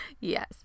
Yes